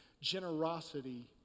Generosity